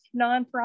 nonprofit